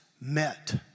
met